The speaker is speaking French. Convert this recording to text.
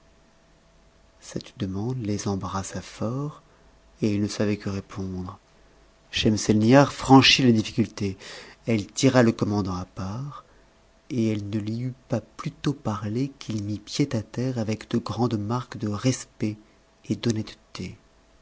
cette demande les embarrassa tort et ils ne savaient que répoim t'cs hcinseinihar franchit ja difbculté elle tira le commandant à part et ne lui eut pas plus tôt parlé qu'il mit pied à terre avec de grandes naroues de respect